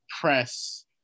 press